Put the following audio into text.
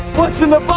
what's in the